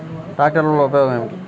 ట్రాక్టర్ల వల్ల ఉపయోగం ఏమిటీ?